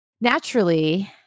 Naturally